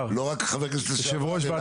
-- לא רק חבר כנסת לשעבר אלא הוא ב"בורד"